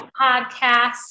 podcast